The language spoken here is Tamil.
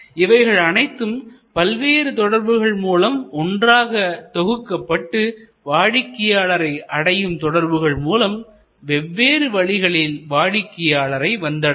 இவைகள் அனைத்தும் பல்வேறு தொடர்புகள் மூலம் ஒன்றாக தொகுக்கப்பட்டு வாடிக்கையாளரை அடையும் தொடர்புகள் மூலம் வெவ்வேறு வழிகளில் வாடிக்கையாளரை வந்தடையும்